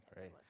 right